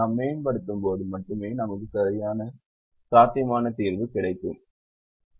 நாம் மேம்படுத்தும்போது மட்டுமே நமக்கு சாத்தியமான தீர்வு கிடைக்குமா என்பதை சரிபார்க்க வேண்டும்